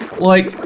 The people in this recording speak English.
like,